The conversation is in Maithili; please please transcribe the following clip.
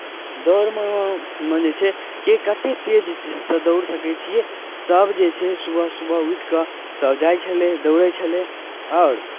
दौड़मे मे जे छै के कतेक तेज से दौड़ि सकै छियै सभ जे छै सुबह सुबह उठि कऽ सभ जाइ छलै दौड़ैत छलै आओर